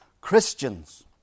Christians